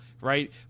Right